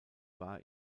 war